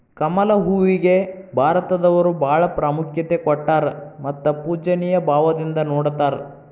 ಕಮಲ ಹೂವಿಗೆ ಭಾರತದವರು ಬಾಳ ಪ್ರಾಮುಖ್ಯತೆ ಕೊಟ್ಟಾರ ಮತ್ತ ಪೂಜ್ಯನಿಯ ಭಾವದಿಂದ ನೊಡತಾರ